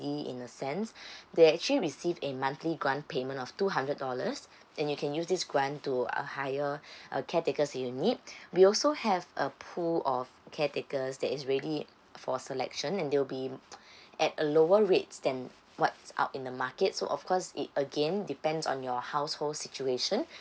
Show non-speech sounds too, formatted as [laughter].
in a sense they actually receive a monthly grant payment of two hundred dollars and you can use this grant to uh hire uh caretakers that you need we also have a pool of caretakers that is ready for selection and they will be [noise] at a lower rates then what's out in the market so of course it again depends on your household situation